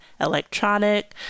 electronic